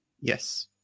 Yes